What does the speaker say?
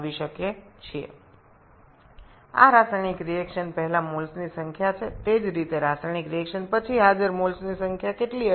একইভাবে রাসায়নিক বিক্রিয়া পরে মোল সংখ্যা উপস্থিত কত হবে